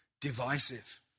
divisive